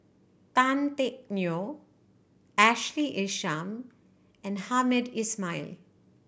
Tan Teck Neo Ashley Isham and Hamed Ismail